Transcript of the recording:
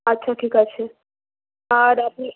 আচ্ছা ঠিক আছে আর আপনি